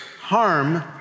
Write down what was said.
harm